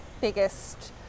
biggest